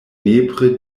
nepre